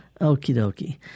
Okie-dokie